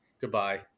Goodbye